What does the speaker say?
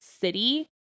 city